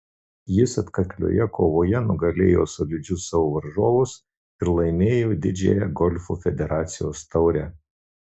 jis atkaklioje kovoje nugalėjo solidžius savo varžovus ir laimėjo didžiąją golfo federacijos taurę